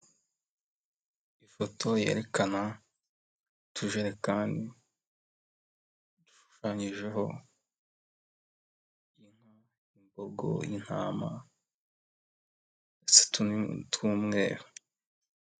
Ifoto yerekana utujerekani, ishushanyijeho inka, imbogo intama z'tuni tw'umweru.